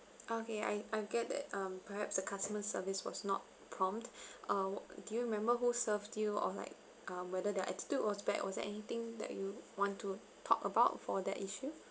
okay I I get that um perhaps the customer service was not prompt uh do you remember who served you or like uh whether their attitude was bad was there anything that you want to talk about for that issue